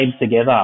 together